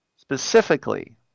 Specifically